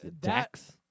Dax